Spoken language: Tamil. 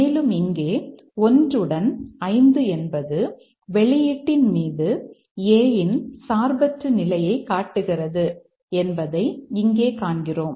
மேலும் இங்கே 1 உடன் 5 என்பது வெளியீட்டின் மீது A இன் சார்பற்ற நிலையை காட்டுகிறது என்பதை இங்கே காண்கிறோம்